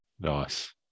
Nice